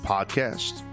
Podcast